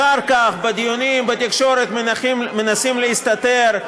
אחר כך בדיונים בתקשורת מנסים להסתתר,